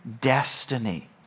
destiny